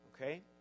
Okay